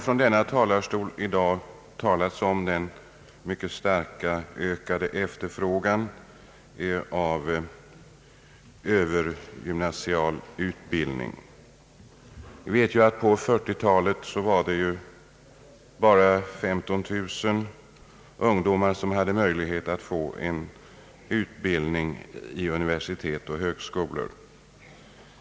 Från denna talarstol har i dag talats om den mycket starkt ökade efterfrågan på övergymnasial utbildning. Vi vet att det på 1940-talet bara var 15 000 ungdomar som hade möjlighet att få utbildning vid universitet och högskolor.